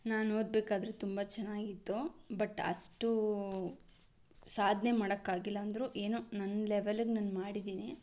ನಾನು ಓದಬೇಕಾದ್ರೆ ತುಂಬ ಚೆನ್ನಾಗಿತ್ತು ಬಟ್ ಅಷ್ಟು ಸಾಧನೆ ಮಾಡೋಕ್ಕಾಗಿಲ್ಲ ಅಂದ್ರೂ ಏನೋ ನನ್ನ ಲೆವೆಲ್ಲಿಗೆ ನಾನು ಮಾಡಿದ್ದೀನಿ